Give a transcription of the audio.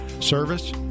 service